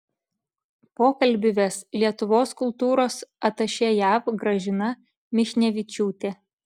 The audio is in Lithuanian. pokalbį ves lietuvos kultūros atašė jav gražina michnevičiūtė